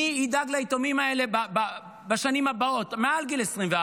מי ידאג ליתומים האלה בשנים הבאות, מעל גיל 24?